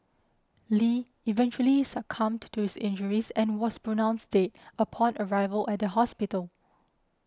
Lee eventually succumbed to his injuries and was pronounced dead upon arrival at the hospital